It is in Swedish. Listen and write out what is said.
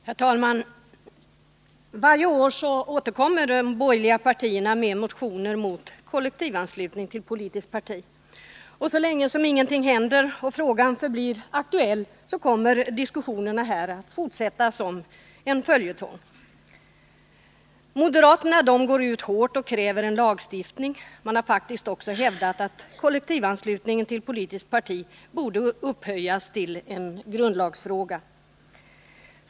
Herr talman! Varje år återkommer de borgerliga partierna med motioner mot kollektivanslutning till politiskt parti. Så länge ingenting händer och frågan förblir aktuell kommer diskussionen här att fortsätta som en följetong. Moderaterna går ut hårt och kräver en lagstiftning. Man har faktiskt också hävdat att kollektivanslutning till politiskt parti borde upphöjas till en grundlagsfråga.